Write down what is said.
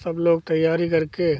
सब लोग तैयारी करके